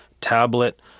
tablet